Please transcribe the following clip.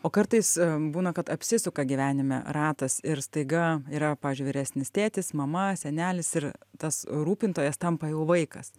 o kartais būna kad apsisuka gyvenime ratas ir staiga yra pavyzdžiui vyresnis tėtis mama senelis ir tas rūpintojas tampa jau vaikas